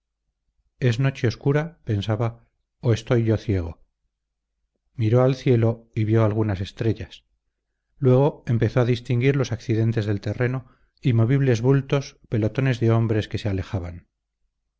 es noche oscura pensaba o estoy yo ciego miró al cielo y vio algunas estrellas luego empezó a distinguir los accidentes del terreno y movibles bultos pelotones de hombres que se alejaban